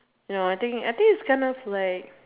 you know I think I think it's kind of like